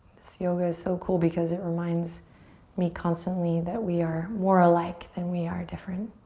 this yoga is so cool because it reminds me constantly that we are more alike than we are different,